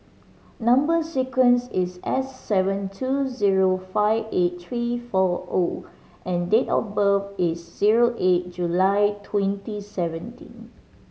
number sequence is S seven two zero five eight three four O and date of birth is zero eight July twenty seventeen